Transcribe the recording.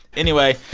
anyway.